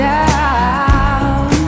Down